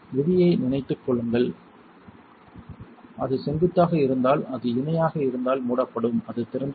விதியை நினைவில் கொள்ளுங்கள் அது செங்குத்தாக இருந்தால் அது இணையாக இருந்தால் மூடப்படும் அது திறந்திருக்கும்